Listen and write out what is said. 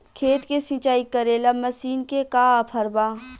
खेत के सिंचाई करेला मशीन के का ऑफर बा?